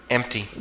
Empty